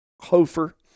Hofer